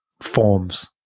forms